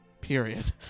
period